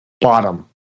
bottom